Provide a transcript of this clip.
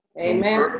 Amen